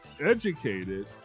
educated